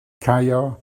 caio